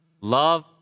Love